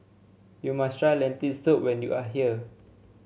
you must try Lentil Soup when you are here